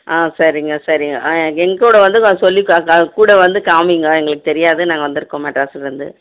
ஆ சரிங்க சரிங்க ஆ எங்கள் கூட வந்து வ சொல்லி கா கா கூட வந்து காமிங்க எங்களுக்கு தெரியாது நாங்கள் வந்திருக்கோம் மெட்ராஸுலருந்து